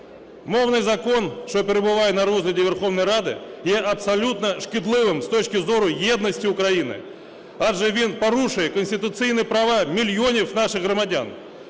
Мовний закон, що перебуває на розгляді Верховної Ради, є абсолютно шкідливим з точки зору єдності України, адже він порушує конституційні права мільйонів наших громадян.